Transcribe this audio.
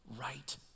right